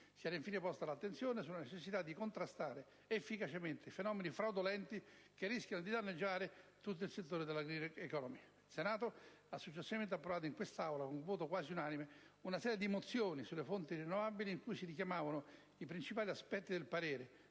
Si era infine posta l'attenzione sulla necessità di contrastare efficacemente fenomeni fraudolenti, che rischiano di danneggiare tutto il settore della *green economy*. Il Senato ha successivamente approvato in quest'Aula, con voto quasi unanime, una serie di mozioni sulle fonti rinnovabili in cui si richiamavano i principali aspetti del parere.